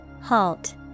Halt